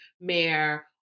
mayor